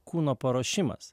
kūno paruošimas